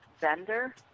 vendor